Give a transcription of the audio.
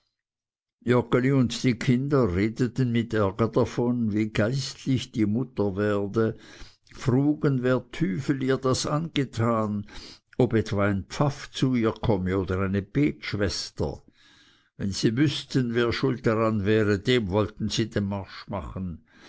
und die kinder redeten mit ärger davon wie geistlich die mutter werde frugen wer tüfel ihr das angetan ob etwa ein pfaff zu ihr komme oder eine betschwester wenn sie wüßten wer schuld daran wäre dem wollten sie den marsch machen